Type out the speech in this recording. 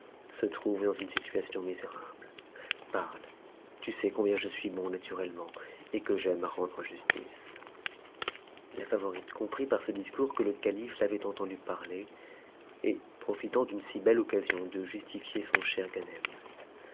se trouve dans une situation misérable parle tu sais combien je suis bon naturellement et que j'aime à rendre justice la favorite comprit par ce discours que le calife l'avait entendue parler et profitant d'une si belle occasion de justifier son